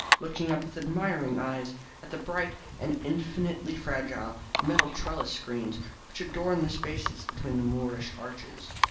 looking up with admiring eyes at the bright and infinitely fragile metal trellis screens which adorned the spaces between the moorish arches.